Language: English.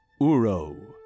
uro